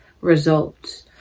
results